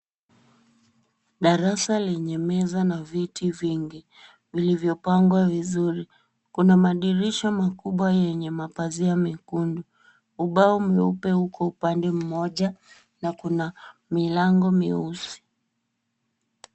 Darasa lenye meza na viti vingi vilivyopangwa vizuri. Kuna madirisha makubwa yenye mapazia mekundu. Ubao mweupe uko upande mmoja na kuna milango meusi.